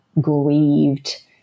grieved